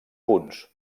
punts